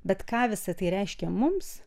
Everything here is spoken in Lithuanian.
bet ką visa tai reiškia mums